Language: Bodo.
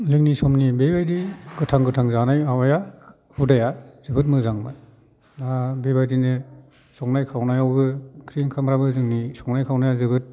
जोंनि समनि बेबादि गोथां गोथां जानाय माबाया हुदाया जोबोद मोजांमोन दा बेबायदिनो संनाय खावनायावो ओंख्रि ओंखामफ्राबो जोंनि संनाय खावनाया जोबोद